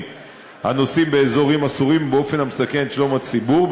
הנוסעים באזורים אסורים באופן המסכן את שלום הציבור.